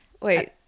Wait